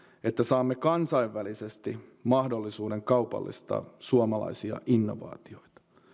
että saamme kansainvälisesti mahdollisuuden kaupallistaa suomalaisia innovaatioita